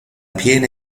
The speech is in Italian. piena